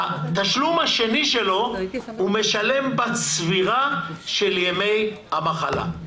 את התשלום השני שלו הוא משלם בצבירה של ימי המחלה.